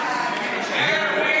זהו.